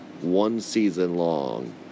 one-season-long